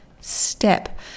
step